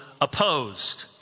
opposed